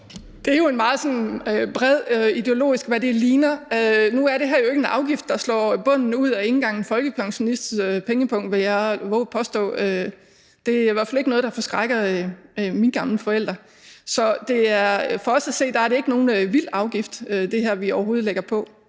Det er jo sådan meget bredt ideologisk at spørge om, hvad det ligner. Nu er det her jo ikke en afgift, der slår bunden ud af nogens pengepung, ikke engang en folkepensionists, vil jeg vove at påstå. Det er i hvert fald ikke noget, der forskrækker mine gamle forældre. Så for os at se er det overhovedet ikke nogen vild afgift, vi lægger på.